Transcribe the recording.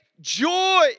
joy